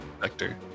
vector